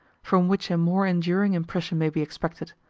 from which a more enduring impression may be expected,